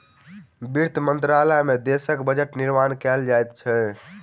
वित्त मंत्रालय में देशक बजट निर्माण कयल जाइत अछि